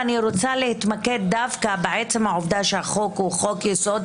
ואני רוצה להתמקד דווקא בעצם העובדה שהחוק הוא חוק-יסוד,